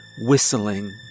whistling